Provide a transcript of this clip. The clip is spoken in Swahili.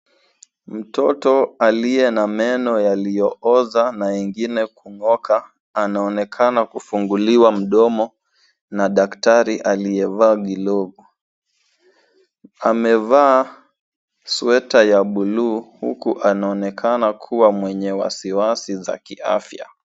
Mtoto aliye na meno yaliyooza na ingine kung'oka, anaonekana kufunguliwa mdomo na daktari aliyevaa vilogu. Amevaa sweta ya buluu, huku anaonekana kua mwenye wasiwasi za kiafya.